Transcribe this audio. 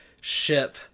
ship